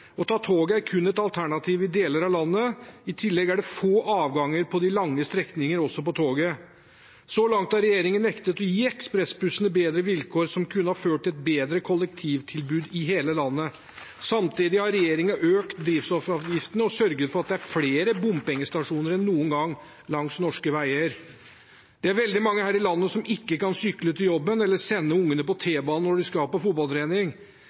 Å ta toget er kun et alternativ i deler av landet. I tillegg er det få avganger på de lange strekningene også på toget. Så langt har regjeringen nektet å gi ekspressbussene bedre vilkår som kunne ha ført til et bedre kollektivtilbud i hele landet. Samtidig har regjeringen økt drivstoffavgiften og sørget for at det er flere bompengestasjoner enn noen gang langs norske veier. Det er veldig mange her i landet som ikke kan sykle til jobben eller sende ungene med T-banen når de skal på fotballtrening.